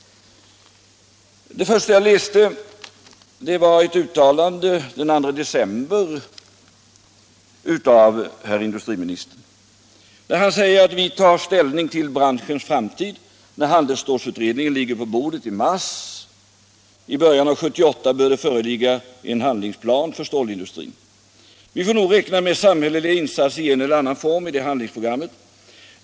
Det första jag läste om detta var ett uttalande den 2 december av herr industriministern, där han säger: ”Vi tar ställning till branschens framtid när handelsstålsutredningen ligger på bordet i mars månad. I början av 1978 bör det föreligga en handlingsplan för stålindustrin. Vi får nog räkna med samhälleliga insatser i en eller annan form i det handlingsprogrammet.